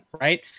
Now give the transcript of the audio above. right